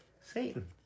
Satan